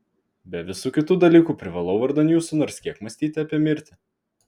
be visų kitų dalykų privalau vardan jūsų nors kiek mąstyti apie mirtį